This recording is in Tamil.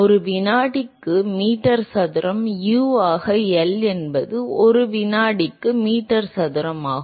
ஒரு வினாடிக்கு மீட்டர் சதுரம் U ஆக L என்பது ஒரு வினாடிக்கு மீட்டர் சதுரம் ஆகும்